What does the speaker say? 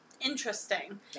interesting